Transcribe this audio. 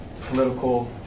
political